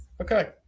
Okay